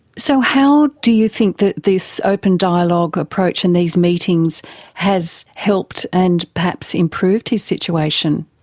so how do you think that this open dialogue approach and these meetings has helped and perhaps improved his situation?